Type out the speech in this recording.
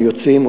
הם יוצאים,